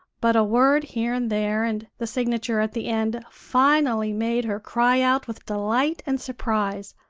but a word here and there and the signature at the end finally made her cry out with delight and surprise.